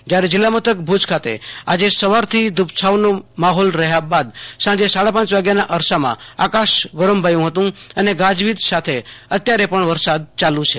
જયારે જીલ્લા મથક ભુજ ખાતે આજે સવારથી ધૂપ છાંવનો માહોલ રહ્યા બાદ સાંજે સાડા પાંચ વાગ્યાના અરસામાં આકાશ ગોરંભાયું હતું અને ગાજવીજ સાથે અત્યારે પણ વરસાદ યાલુ છે